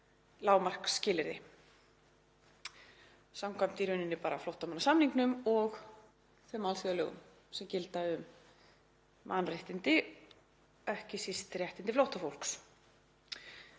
lágmarksskilyrði samkvæmt í rauninni bara flóttamannasamningnum og þeim alþjóðalögum sem gilda um mannréttindi, ekki síst réttindi flóttafólks.